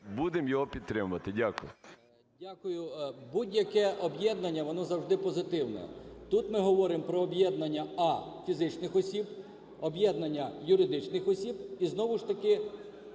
будемо його підтримувати. Дякую.